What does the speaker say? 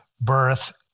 birth